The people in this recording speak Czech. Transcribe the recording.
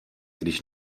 když